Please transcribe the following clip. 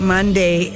Monday